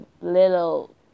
little